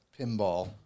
pinball